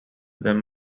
them